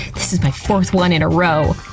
this is my fourth one in a row!